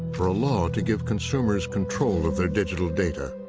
for a law to give consumers control of their digital data.